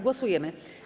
Głosujemy.